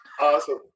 Awesome